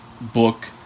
book